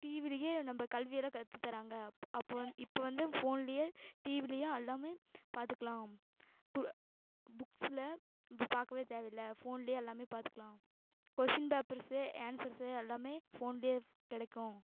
டிவிலேயே நம்ம கல்வி எல்லாம் கற்றுத்துத்தராங்க அப் அப்போது வந்து இப்போ வந்து ஃபோன்லேயே டிவிலேயும் எல்லாமே பார்த்துக்குலாம் புக்ஸ்சில் இப்போ பார்க்கவே தேவை இல்லை ஃபோனிலே எல்லாமே பார்த்துக்குலாம் கொஷின் பேப்பர்ஸு ஆன்சர்ஸு எல்லாமே ஃபோனிலே கிடைக்கும்